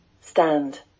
stand